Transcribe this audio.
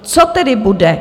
Co tedy bude?